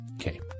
Okay